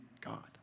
God